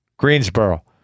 Greensboro